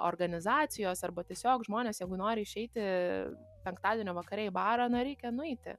organizacijos arba tiesiog žmonės jeigu nori išeiti penktadienio vakare į barą na reikia nueiti